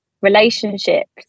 relationships